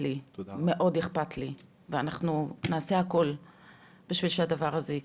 לי ואנחנו נעשה הכול בשביל שהדבר הזה יקרה.